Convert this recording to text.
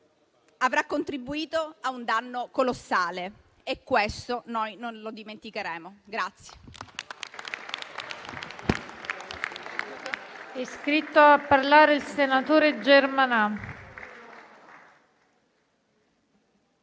avrà contribuito a un danno colossale, e questo noi non lo dimenticheremo.